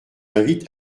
invite